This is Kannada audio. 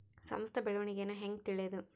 ಸಂಸ್ಥ ಬೆಳವಣಿಗೇನ ಹೆಂಗ್ ತಿಳ್ಯೇದು